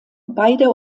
beide